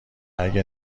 اگه